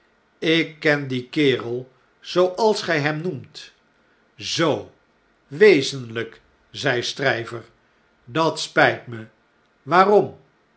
lk ken dien kerel zooals gij hem noemt zoo wezenlijk zei stryver dat spijt me waarom